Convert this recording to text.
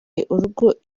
urugo